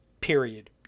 period